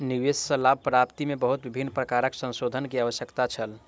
निवेश सॅ लाभ प्राप्ति में बहुत विभिन्न प्रकारक संशोधन के आवश्यकता छल